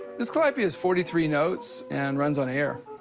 this calliope is forty three notes and runs on air.